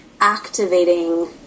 activating